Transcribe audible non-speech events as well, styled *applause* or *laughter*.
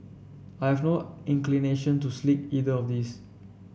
I have no inclination to *unintelligible* either of these